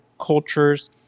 cultures